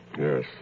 Yes